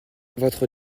votre